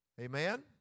Amen